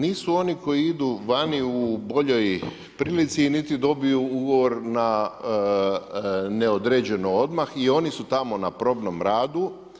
Nisu oni koji idu vani u boljoj prilici niti dobiju ugovor na neodređeno odmah i oni su tamo na probnom radu.